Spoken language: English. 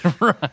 right